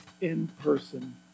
in-person